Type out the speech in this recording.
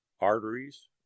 arteries